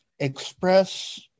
express